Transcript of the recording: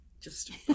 just-